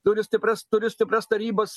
turi stiprias turi stiprias tarybas